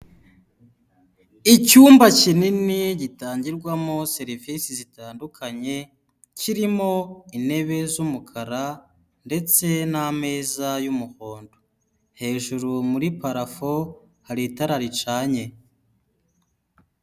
Icyumba kinini gitangirwamo serivisi zitandukanye kirimo intebe z'umukara ndetse n'ameza y'umuhondo. Hejuru muri parafo hari itara ricanye.